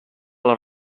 les